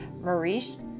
Maurice